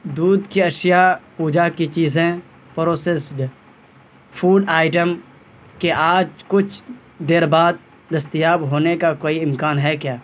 دودھ کی اشیاء پوجا کی چیزیں پروسیسڈ فوڈ آئٹم کے آج کچھ دیر بعد دستیاب ہونے کا کوئی امکان ہے کیا